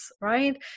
right